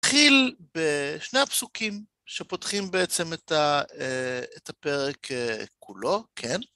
נתחיל בשני הפסוקים שפותחים בעצם את הפרק כולו, כן?